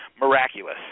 miraculous